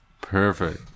Perfect